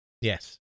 Yes